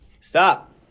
Stop